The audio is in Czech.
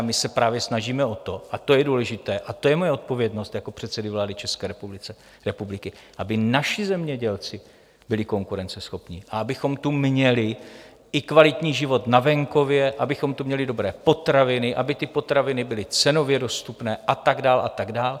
My se právě snažíme o to, a to je důležité, a to je moje odpovědnost jako předsedy vlády České republiky, aby naši zemědělci byli konkurenceschopní, abychom tu měli i kvalitní život na venkově, abychom tu měli dobré potraviny, aby ty potraviny byly cenově dostupné, a tak dále a tak dále.